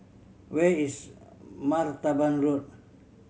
where is Martaban Road